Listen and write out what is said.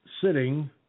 sitting